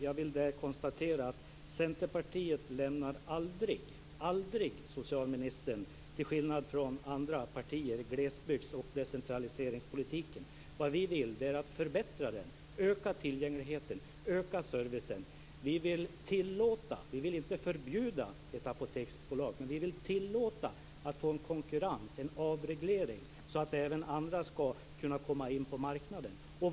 Jag vill där konstatera att Centerpartiet lämnar aldrig, aldrig socialministern, till skillnad från andra partier, glesbygds och decentraliseringspolitiken. Vad vi vill är att förbättra den, öka tillgängligheten, öka servicen. Vi vill tillåta, inte förbjuda Apoteksbolaget, en konkurrens, en avreglering så att även andra skall kunna komma in på marknaden.